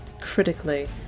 critically